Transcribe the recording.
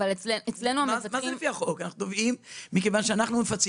אבל המבטחים אצלנו --- אנחנו תובעים כי אנחנו מפצים